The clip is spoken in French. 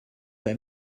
pas